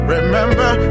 Remember